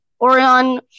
Orion